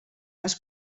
els